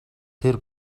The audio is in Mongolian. тэр